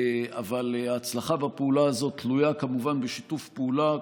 אבל ההצלחה בפעולה הזאת תלויה כמובן בשיתוף פעולה כולל,